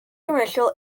commercial